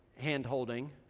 hand-holding